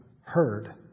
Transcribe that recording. heard